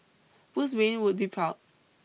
Bruce Wayne would be proud